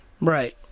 right